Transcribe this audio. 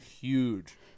huge